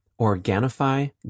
Organifi